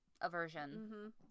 aversion